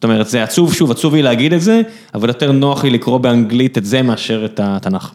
זאת אומרת זה עצוב שוב עצוב לי להגיד את זה אבל יותר נוח לי לקרוא באנגלית את זה מאשר את התנך.